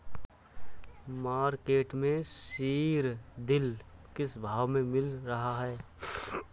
Market में सीद्रिल किस भाव में मिल रहा है?